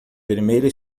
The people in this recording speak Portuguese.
vermelho